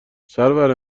سرور